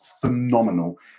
phenomenal